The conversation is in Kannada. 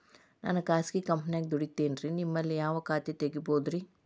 ನಾನು ಖಾಸಗಿ ಕಂಪನ್ಯಾಗ ದುಡಿತೇನ್ರಿ, ನಿಮ್ಮಲ್ಲಿ ಯಾವ ಖಾತೆ ತೆಗಿಬಹುದ್ರಿ?